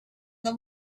the